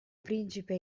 principe